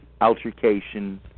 altercation